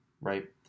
right